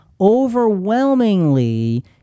Overwhelmingly